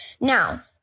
Now